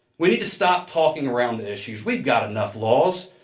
we need to stop talking around the issues, we've got enough laws.